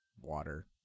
water